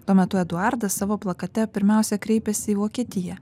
tuo metu eduardas savo plakate pirmiausia kreipėsi į vokietiją